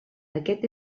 aquest